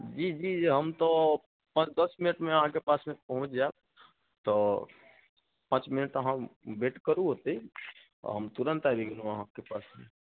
जी जी हम तऽ पाँच दस मिनटमे अहाँकेँ पासमे पहुँच जायब तऽ पाँच मिनट अहाँ वेट करू ओतहि हम तुरन्त आबि गेलहुँ अहाँकेँ पास